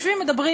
יושבים ומדברים,